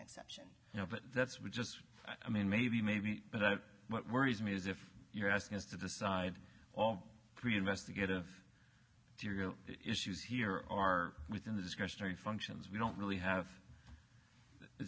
function you know but that's what just i mean maybe maybe but what worries me is if you're asking us to decide all three investigative issues here are within the discretionary functions we don't really have it